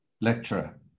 lecturer